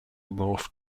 north